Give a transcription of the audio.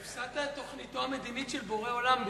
הפסדת את תוכניתו המדינית של בורא עולם.